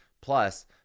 Plus